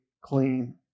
clean